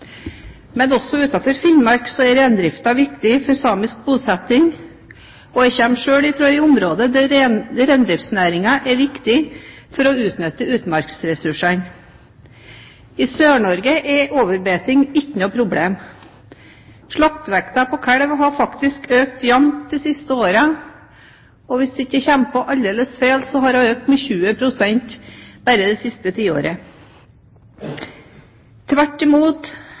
Men også utenfor Finnmark er reindriften viktig for samisk bosetting. Jeg kommer selv fra et område der reindriftsnæringen er viktig for å utnytte utmarksressursene. I Sør-Norge er overbeiting ikke et problem. Slaktevekten på kalv har faktisk økt jevnt de siste årene, og hvis jeg ikke husker aldeles feil, har den økt med 20 pst. bare det siste tiåret. Tvert imot,